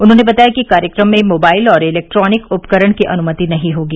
उन्होंने बताया कि कार्यक्रम में मोबाइल और इलेक्ट्रानिक उपकरण की अनुमति नहीं होगी